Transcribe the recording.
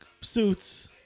suits